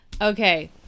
Okay